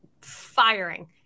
firing